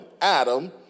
Adam